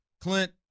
Clint –